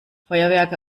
feuerwerke